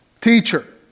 teacher